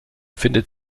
findet